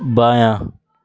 بایاں